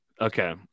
Okay